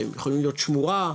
שהם יכולים להיות שמורה,